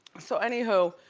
so, any who,